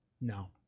No